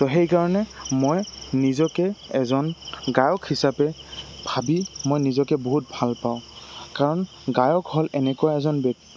ত' সেইকাৰণে মই নিজকে এজন গায়ক হিচাপে ভাবি মই নিজকে বহুত ভাল পাওঁ কাৰণ গায়ক হ'ল এনেকুৱা এজন